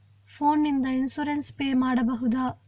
Phone ನಿಂದ insurance pay ಮಾಡಬಹುದ?